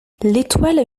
l’étoile